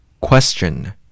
Question